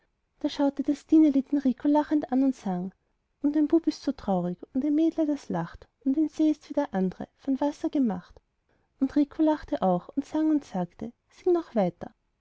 da schaute das stineli den rico lachend an und sang und ein bub ist so traurig und ein mädle das lacht und ein see ist wie der andre von wasser gemacht und rico lachte auch und sang und sagte sing noch weiter